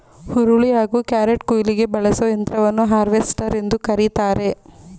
ಹುರುಳಿ ಹಾಗೂ ಕ್ಯಾರೆಟ್ಕುಯ್ಲಿಗೆ ಬಳಸೋ ಯಂತ್ರವನ್ನು ಹಾರ್ವೆಸ್ಟರ್ ಎಂದು ಕರಿತಾರೆ